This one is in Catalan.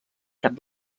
cap